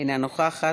אינה נוכחת,